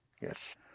Yes